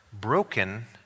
broken